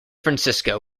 francisco